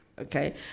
Okay